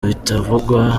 bitavugwa